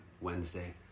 Wednesday